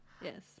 yes